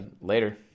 later